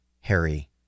Harry